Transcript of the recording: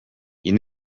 you